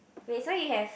wait so you have